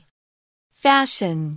Fashion